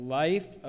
life